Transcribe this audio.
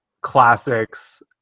classics